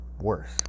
worse